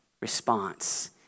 response